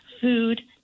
food